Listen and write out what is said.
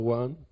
one